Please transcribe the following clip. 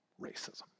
racism